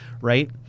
right